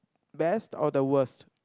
best or the worst